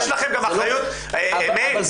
מאיר,